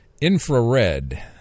infrared